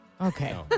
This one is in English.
Okay